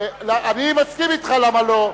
אני מסכים אתך למה לא,